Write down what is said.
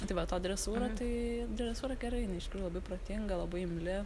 nu tai vat o dresūra tai dresūra gerai jinai iš tikrųjų labai protinga labai imli